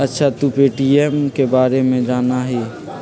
अच्छा तू पे.टी.एम के बारे में जाना हीं?